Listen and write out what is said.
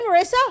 Marissa